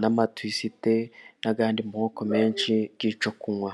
n'amatwisite n'andi moko menshi y'ibyo kunywa.